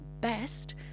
best